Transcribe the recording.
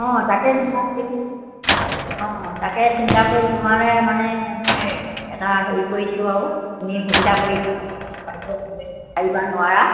অঁ তাকে চিন্তা কৰি অঁ তাকে চিন্তা কৰি তোমালৈ মানে মই এটা হেৰি কৰিছোঁ আৰু তুমি সুবিধা কৰিব পাৰিব পাৰিবা নোৱাৰা